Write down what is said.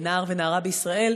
נער ונערה בישראל,